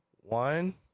one